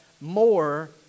more